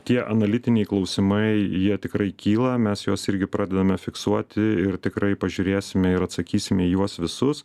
tie analitiniai klausimai jie tikrai kyla mes juos irgi pradedame fiksuoti ir tikrai pažiūrėsime ir atsakysime į juos visus